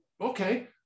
okay